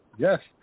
Yes